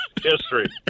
history